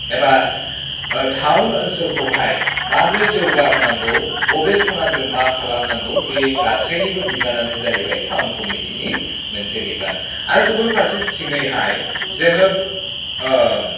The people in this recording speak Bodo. एबा टाउन ओनसोलखौहाय माबोरै जौगाहोनांगौ बबे खनाजों मा खालामनांगौ बे गासैनिबो बिबानानो जाहैबाय टाउन कमिटिनि मोनसे बिबान आरो गुबुन फारसेथिंयैहाय जोङो